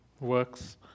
works